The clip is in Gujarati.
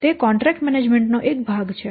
તેથી તે કોન્ટ્રેક્ટ મેનેજમેન્ટ નો એક ભાગ છે